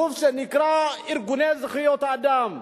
גוף שנקרא "ארגוני זכויות אדם".